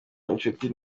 inshuti